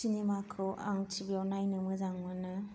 सिनिमाखौ आं टिभिआव नायनो मोजां मोनो